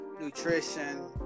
nutrition